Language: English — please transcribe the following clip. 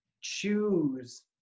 choose